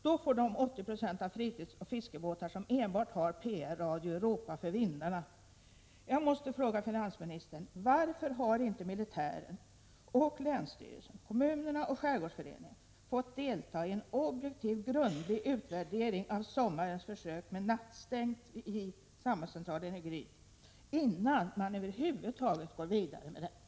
Då får de 80 96 av fritidsoch fiskebåtar som enbart har PR-radio ropa för vindarna. Jag måste fråga finansministern: Varför har inte militären, länsstyrelsen, kommunerna och skärgårdsföreningen fått delta i en objektiv, grundlig utvärdering av sommarens försök med nattstängt vid sambandscentralen i Gryt, innan man över huvud taget går vidare med detta?